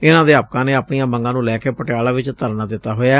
ਇਨੂਾਂ ਅਧਿਆਪਕਾਂ ਨੇ ਆਪਣੀਆਂ ਮੰਗਾਂ ਨੂੰ ਲੈ ਕੇ ਪਟਿਆਲਾ ਚ ਧਰਨਾ ਦਿੱਤਾ ਹੋਇਐ